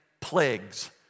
plagues